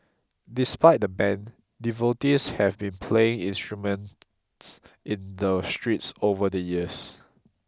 despite the ban devotees have been playing instruments in the streets over the years